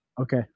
Okay